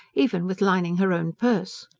even with lining her own purse.